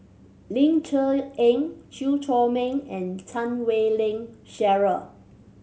Ling Cher Eng Chew Chor Meng and Chan Wei Ling Cheryl